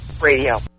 Radio